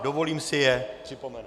Dovolím si je připomenout.